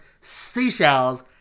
Seashells